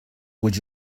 would